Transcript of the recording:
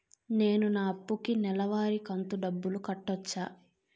నేను నా అప్పుకి నెలవారి కంతు డబ్బులు కట్టొచ్చా?